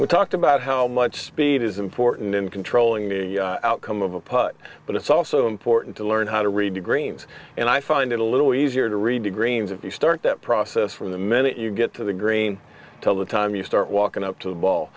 we talked about how much speed is important in controlling the outcome of a putt but it's also important to learn how to read the greens and i find it a little easier to read the greens if you start that process from the minute you get to the green till the time you start walking up to the ball